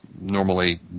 normally